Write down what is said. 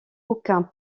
aucun